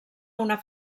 una